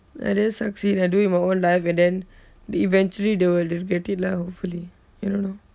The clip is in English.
and then succeed at doing my own life and then they eventually they will regret it lah hopefully you don't know